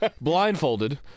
Blindfolded